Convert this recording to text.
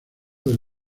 del